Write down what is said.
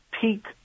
peak